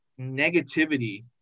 negativity